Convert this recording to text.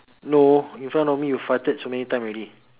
no in front of me you farted so many times already